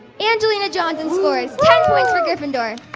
angelina johnson scores ten points for gryffindor.